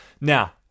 Now